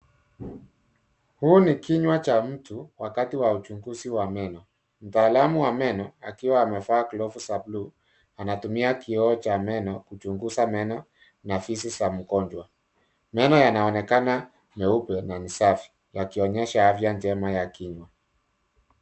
Huu ni kinywa cha mtu wakati wa uchunguzi wa meno. Mtaalamu wa meno akiwa amevaa glovu ya buluu anatumia kioo cha meno kuchunguza meno na fizi za mgonjwa. Meno yanaonekana nyeupe na ni safi yakionyesha afya njema ya kinywa.